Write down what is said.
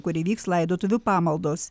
kur įvyks laidotuvių pamaldos